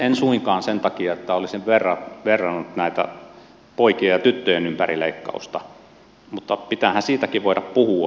en suinkaan sen takia että olisin verrannut poikien ja tyttöjen ympärileikkausta mutta pitäähän siitäkin voida puhua